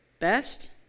best